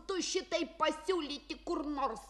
tu šitaip pasiūlyti kur nors